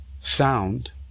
sound